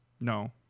no